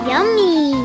Yummy